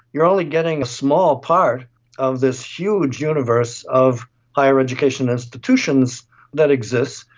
you're only getting a small part of this huge universe of higher education institutions that exist,